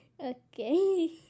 Okay